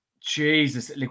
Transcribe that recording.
Jesus